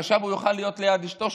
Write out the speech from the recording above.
חשב שהוא יוכל להיות ליד אשתו,